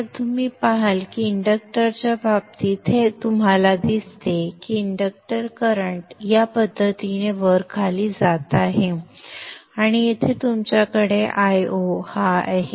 तर तुम्ही पाहाल की इंडक्टरच्या बाबतीत हे तुम्हाला दिसते की इंडक्टर करंट या पद्धतीने वर खाली जात आहे आणि येथे तुमच्याकडे Io हा Io आहे